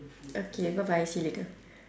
okay bye bye see you later